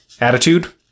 attitude